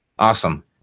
Awesome